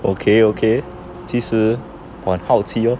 okay okay 其实我很好奇 orh